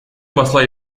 посла